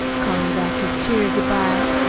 callin' back his cheery good-bye?